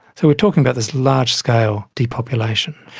so we're talking about this large-scale depopulation.